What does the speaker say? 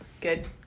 Good